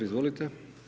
Izvolite.